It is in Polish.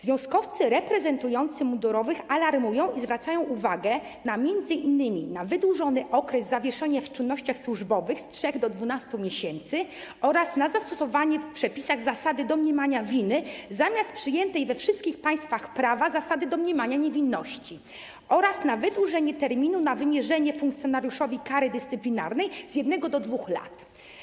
Związkowcy reprezentujący mundurowych alarmują i zwracają uwagę m.in. na wydłużony okres zawieszenia w czynnościach służbowych z 3 do 12 miesięcy oraz na zastosowanie w przepisach zasady domniemania winy zamiast przyjętej we wszystkich państwach prawa zasady domniemania niewinności, oraz na wydłużenie terminu do wymierzenia funkcjonariuszowi kary dyscyplinarnej z 1 do 2 lat.